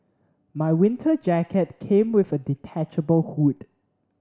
my winter jacket came with a detachable hood